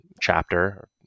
chapter